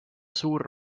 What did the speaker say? suur